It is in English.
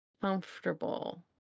Comfortable